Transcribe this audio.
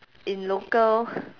in local